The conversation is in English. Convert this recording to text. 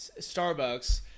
Starbucks